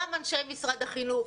גם אנשי משרד החינוך,